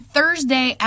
Thursday